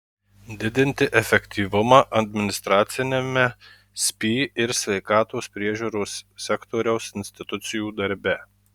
didinti efektyvumą administraciniame spį ir sveikatos priežiūros sektoriaus institucijų darbe